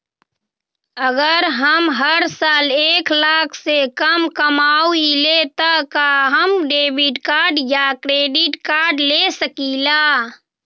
अगर हम हर साल एक लाख से कम कमावईले त का हम डेबिट कार्ड या क्रेडिट कार्ड ले सकीला?